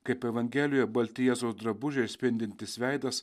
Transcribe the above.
kaip evangelija balti jėzaus drabužiai ir spindintis veidas